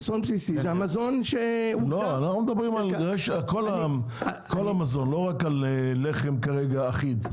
אנחנו מדברים על כל המזון, לא רק על לחם אחיד.